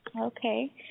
Okay